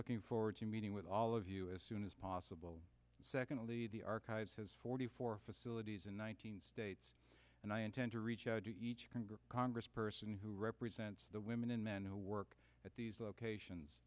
looking forward to meeting with all of you as soon as possible second the archives has forty four facilities in one thousand state and i intend to reach out to each congress person who represents the women and men who work at these locations